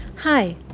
Hi